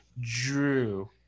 Drew